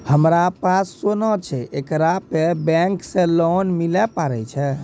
हमारा पास सोना छै येकरा पे बैंक से लोन मिले पारे छै?